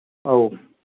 ꯑꯧ